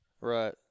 Right